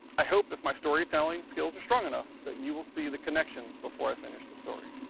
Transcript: i hope, if my storytelling skills are strong enough, that you will see the connections before i finish the story.